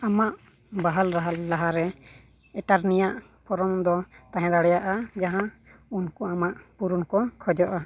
ᱟᱢᱟᱜ ᱵᱟᱦᱟᱞ ᱞᱟᱦᱟ ᱞᱟᱦᱟᱨᱮ ᱮᱴᱟᱨᱱᱤᱭᱟᱜ ᱯᱷᱚᱨᱢ ᱫᱚ ᱛᱟᱦᱮᱸ ᱫᱟᱲᱮᱭᱟᱜᱼᱟ ᱡᱟᱦᱟᱸ ᱩᱱᱠᱩ ᱟᱢᱟᱜ ᱯᱩᱨᱩᱱᱠᱚ ᱠᱷᱚᱡᱚᱜᱼᱟ